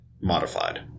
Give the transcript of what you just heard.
modified